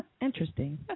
Interesting